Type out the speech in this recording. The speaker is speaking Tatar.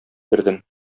кердем